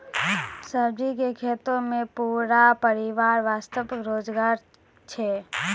सब्जी के खेतों मॅ पूरा परिवार वास्तॅ रोजगार छै